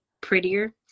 prettier